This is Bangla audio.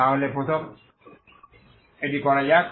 তাহলে প্রথমে এটি করা যাক